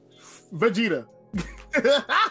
Vegeta